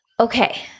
Okay